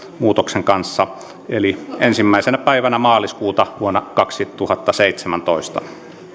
muutoksen kanssa eli ensimmäisenä päivänä maaliskuuta vuonna kaksituhattaseitsemäntoista